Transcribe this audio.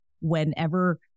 Whenever